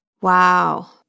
Wow